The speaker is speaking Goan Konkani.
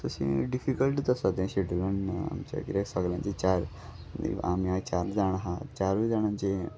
तशें डिफिकल्टच आसा तें शेड्युलान आमच्या कित्याक सगळ्यांची चार आमी आहाय चार जाण आहा चारूय जाणांचे